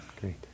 Great